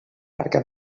barca